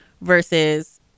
versus